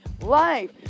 life